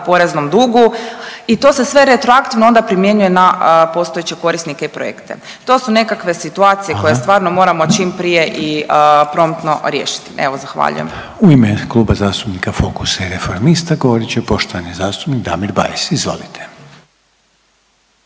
poreznom dugu i to se sve retroaktivno onda primjenjuje na postojeće korisnike i projekte. To su nekakve situacije koje stvarno … .../Upadica: Hvala./... … moramo čim prije i promptno riješiti. Evo, zahvaljujem. **Reiner, Željko (HDZ)** U ime Kluba zastupnika FOKUS-a i Reformista govorit će poštovani zastupnik Damir Bajs. Izvolite.